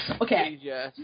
Okay